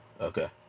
okay